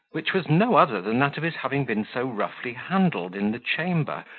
which was no other than that of his having been so roughly handled in the chamber,